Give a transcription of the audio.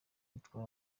witwa